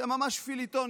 זה ממש פיליטון.